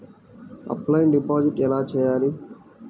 Offline deposit ఎలా చేయాలి?